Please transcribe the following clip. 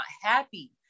happy